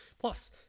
Plus